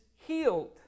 healed